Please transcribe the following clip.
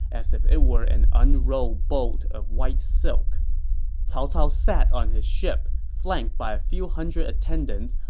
as if it were an unrolled bolt of white silk cao cao sat on his ship, flanked by a few hundred attendants,